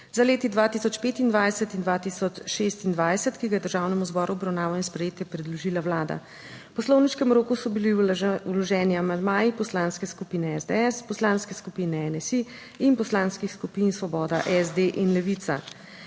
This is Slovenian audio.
za leti 2025 in 2026, ki ga je Državnemu zboru v obravnavo in sprejetje predložila Vlada. V poslovniškem roku so bili vloženi amandmaji Poslanske skupine SDS, Poslanske skupine NSi in poslanskih skupin Svoboda, SD in Levica.